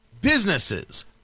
businesses